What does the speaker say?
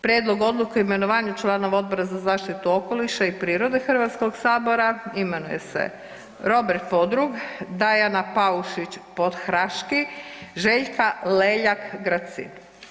Prijedlog odluke o imenovanju članova Odbora za zaštitu okoliša i prirode Hrvatskog sabora imenuje se Robert Podrug, Dajana Paušić Podhraški, Željka Leljak Gracin.